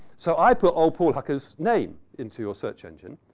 so i put old poor hucker's name into your search engine.